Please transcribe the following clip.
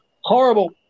horrible